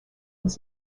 was